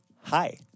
Hi